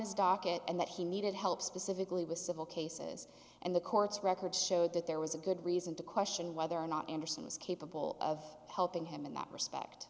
his docket and that he needed help specifically with civil cases and the court's record showed that there was a good reason to question whether or not anderson was capable of helping him in that respect